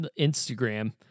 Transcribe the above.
Instagram